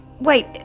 Wait